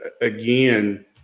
Again